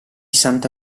santa